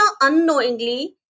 unknowingly